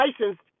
licensed